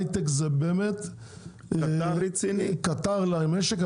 הייטק זה באמת קטר למשק,